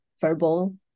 verbal